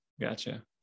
Gotcha